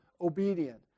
obedient